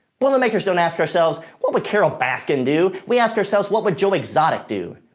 boilermakers don't ask ourselves what would carole baskin do? we ask ourselves what would joe exotic do?